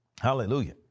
Hallelujah